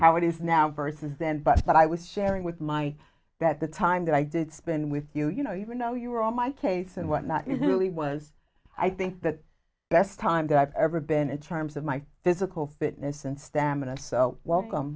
how it is now versus then but i was sharing with my that the time that i did spend with you you know even though you were on my case and whatnot is really was i think the best time that i've ever been in terms of my physical fitness and stamina so welcome